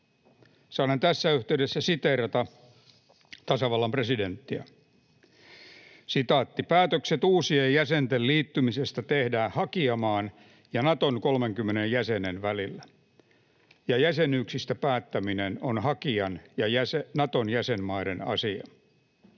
Saanen tässä yhteydessä siteerata tasavallan presidenttiä: ”Päätökset uusien jäsenten liittymisestä tehdään hakijamaan ja Naton 30 jäsenen välillä, ja jäsenyyksistä päättäminen on hakijan ja Naton jäsenmaiden asia.”